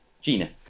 Gina